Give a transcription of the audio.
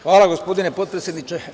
Hvala, gospodine potpredsedniče.